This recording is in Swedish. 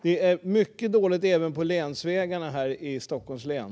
Det är mycket dåligt även på länsvägarna här i Stockholms län.